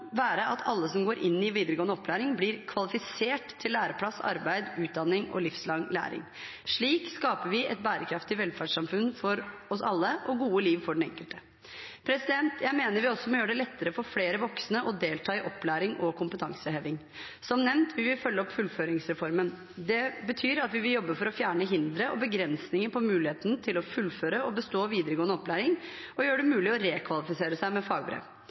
være at alle som går inn i videregående opplæring, blir kvalifisert til læreplass, arbeid, utdanning og livslang læring. Slik skaper vi et bærekraftig velferdssamfunn for oss alle og gode liv for den enkelte. Jeg mener også vi må gjøre det lettere for flere voksne å delta i opplæring og kompetanseheving. Som nevnt vil vi følge opp fullføringsreformen. Det betyr at vi vil jobbe for å fjerne hindre og begrensninger på muligheten til å fullføre og bestå videregående opplæring og gjøre det mulig å rekvalifisere seg med